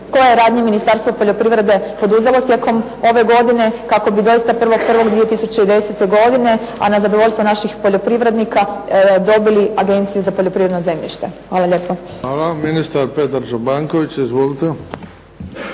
koje je radnje Ministarstvo poljoprivrede poduzelo tijekom ove godine kako bi doista 1.1.2010. godine, a na zadovoljstvo naših poljoprivrednika dobili Agenciju za poljoprivredno zemljište? Hvala lijepo. **Bebić, Luka (HDZ)** Hvala. Ministar Petar Čobanković. Izvolite.